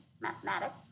mathematics